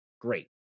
great